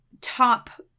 top